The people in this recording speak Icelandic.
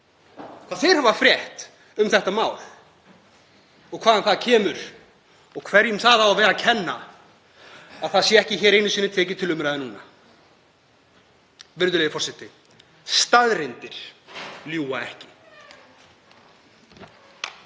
hvað þeir hafa frétt um þetta mál, hvaðan það kemur og hverjum það á að vera að kenna að það sé ekki einu sinni tekið til umræðu núna. Virðulegi forseti. Staðreyndir ljúga ekki.